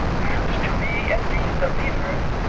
and to be indeed the leader,